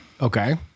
Okay